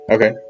Okay